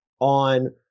on